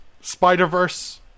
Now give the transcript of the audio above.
Spider-Verse